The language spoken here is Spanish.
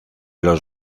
los